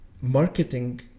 marketing